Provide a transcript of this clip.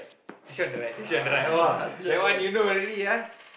on the right on the right !wah! that one you know already ah